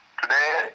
today